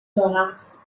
thorax